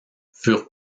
furent